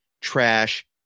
trash